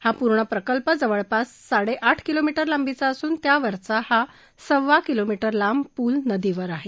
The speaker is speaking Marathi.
हा पूर्ण प्रकल्प जवळपास साडे आठ किलोमीटर लांबीचा असून त्यावरचा हा सव्वा किलोमीटर लांब पूल नदीवर आहे